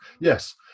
yes